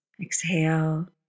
exhale